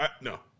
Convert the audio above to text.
No